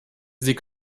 sie